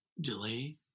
delay